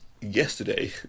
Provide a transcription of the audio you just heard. yesterday